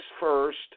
first